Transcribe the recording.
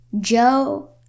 Joe